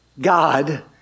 God